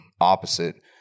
opposite